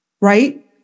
right